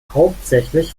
hauptsächlich